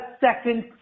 second